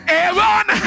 Aaron